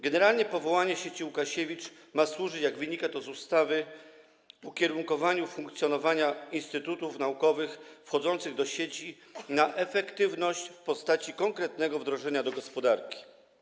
Generalnie powołanie sieci Łukasiewicz ma służyć, jak wynika to z ustawy, ukierunkowaniu funkcjonowania instytutów naukowych wchodzących do sieci na efektywność w postaci konkretnego wdrożenia do gospodarki.